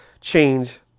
change